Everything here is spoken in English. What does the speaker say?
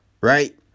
right